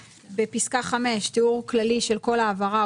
בפסקה (5) "תיאור כללי של כל העברה",